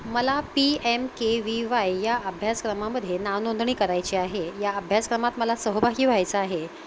मला P M K V Y या अभ्यासक्रमामध्ये नावनोंदणी करायची आहे या अभ्यासक्रमात मला सहभागी व्हायचं आहे